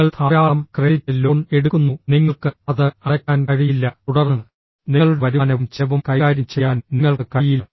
നിങ്ങൾ ധാരാളം credit loan എടുക്കുന്നു നിങ്ങൾക്ക് അത് അടയ്ക്കാൻ കഴിയില്ല തുടർന്ന് നിങ്ങളുടെ വരുമാനവും ചെലവും കൈകാര്യം ചെയ്യാൻ നിങ്ങൾക്ക് കഴിയില്ല